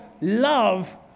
love